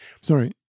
Sorry